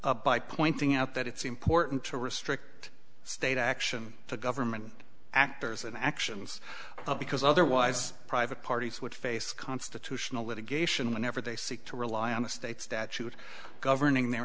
draw by pointing out that it's important to restrict state action to government actors and actions because otherwise private parties would face constitutional litigation whenever they seek to rely on the state statute governing their